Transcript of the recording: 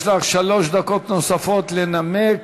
יש לך שלוש דקות נוספות לנמק,